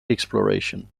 exploration